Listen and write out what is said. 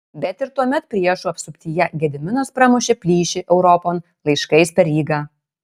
bet ir tuomet priešų apsuptyje gediminas pramušė plyšį europon laiškais per rygą